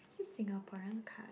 actually Singaporean card